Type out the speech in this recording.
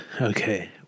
Okay